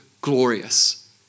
glorious